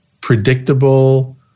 predictable